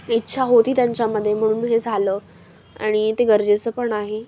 इच्छा होती त्यांच्यामध्ये म्हणून हे झालं आणि ते गरजेचं पण आहे